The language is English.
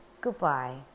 goodbye